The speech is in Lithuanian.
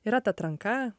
yra ta tranka